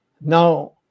Now